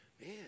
man